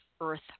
earth